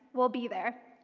we'll be there.